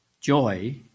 joy